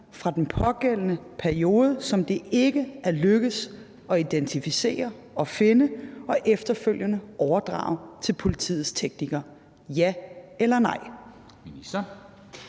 fra den pågældende periode, som det ikke er lykkedes at identificere og finde og efterfølgende overdrage til politiets teknikere? Ja eller nej?